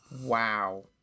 Wow